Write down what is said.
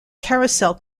carousel